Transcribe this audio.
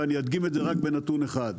ואני אדגים את זה רק בנתון אחד: